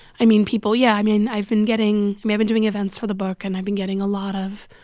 i mean, people yeah, i mean, i've been getting i mean, i've been doing events for the book and i've been getting a lot of